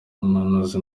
umuhanuzi